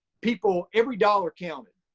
people, every dollar counted.